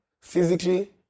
physically